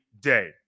day